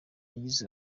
yagize